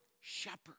shepherd